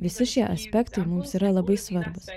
visi šie aspektai mums yra labai svarbūs